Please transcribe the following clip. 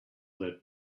that